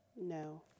No